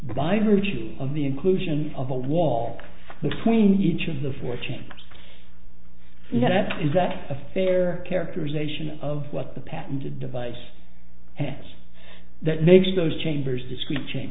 by virtue of the inclusion of a wall between each of the four chain that is that a fair characterization of what the patented device has that makes those chambers discreet